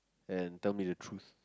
and tell me the truth